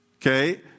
okay